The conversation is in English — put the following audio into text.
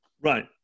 Right